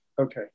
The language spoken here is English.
Okay